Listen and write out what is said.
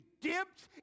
dipped